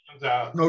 No